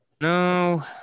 No